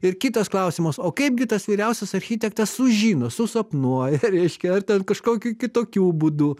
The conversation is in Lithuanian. ir kitas klausimas o kaip gi tas vyriausias architektas sužino susapnuoja reiškia ar ten kažkokiu kitokiu būdu